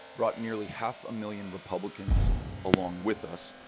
brought nearly half a million republicans along with us,